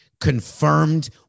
confirmed